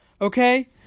Okay